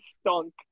stunk